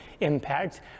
impact